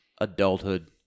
adulthood